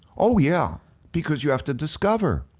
oh yeah because you have to discover.